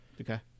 Okay